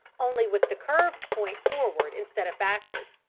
only with the curved point forward instead of backward.